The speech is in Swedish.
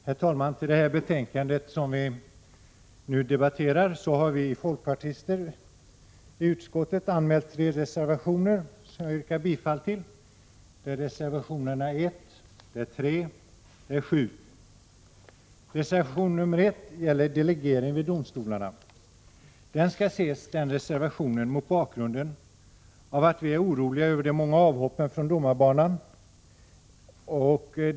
Herr talman! Till det betänkande som nu behandlas har vi folkpartister i utskottet fogat tre reservationer, som jag yrkar bifall till. Det är reservationerna 1, 3 och 7. Reservation 1 gäller delegering vid domstolarna. Den skall ses mot bakgrund av att vi är oroliga över de många avhoppen från domarbanan.